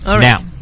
Now